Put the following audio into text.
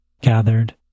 gathered